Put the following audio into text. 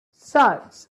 such